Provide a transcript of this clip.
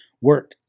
work